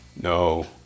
No